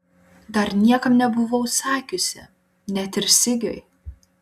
dar niekam nebuvau sakiusi net ir sigiui